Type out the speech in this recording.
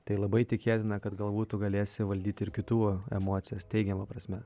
tai labai tikėtina kad galbūt tu galėsi valdyti ir kitų emocijas teigiama prasme